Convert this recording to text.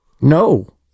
No